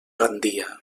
gandia